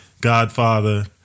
Godfather